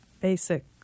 basic